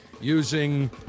using